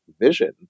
vision